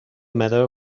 matter